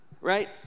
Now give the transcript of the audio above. Right